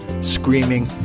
screaming